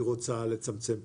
היא רוצה לצמצם פחת,